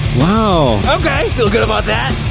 wow. okay, feel good about that,